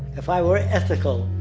if i were ethical,